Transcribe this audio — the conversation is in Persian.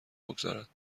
بگذارد